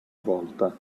volta